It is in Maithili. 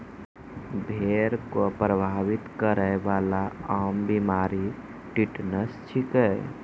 भेड़ क प्रभावित करै वाला आम बीमारी टिटनस छिकै